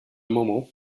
moment